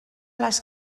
les